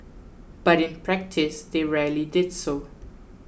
but in practice they rarely did so